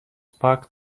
packed